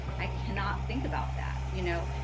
i cannot think about that, you know?